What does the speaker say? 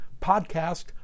podcast